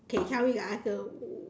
tell me your answer